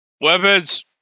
weapons